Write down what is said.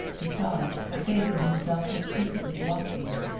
besides, a faith in himself had secretly blossomed.